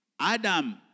Adam